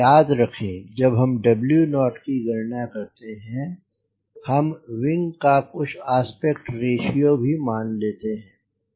याद रखें जब हम W0 की गणना करते हैं हम विंग का कुछ आस्पेक्ट रेश्यो भी मान लेते हैं